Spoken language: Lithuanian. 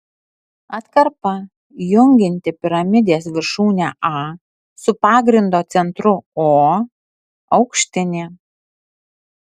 atkarpa jungianti piramidės viršūnę a su pagrindo centru o aukštinė